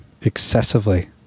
Excessively